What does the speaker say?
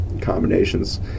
combinations